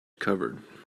covered